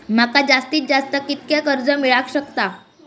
माका जास्तीत जास्त कितक्या कर्ज मेलाक शकता?